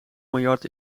miljard